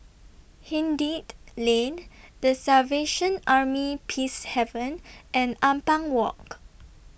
Lane The Salvation Army Peacehaven and Ampang Walk